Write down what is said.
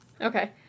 Okay